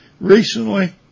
recently